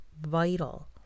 vital